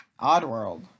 Oddworld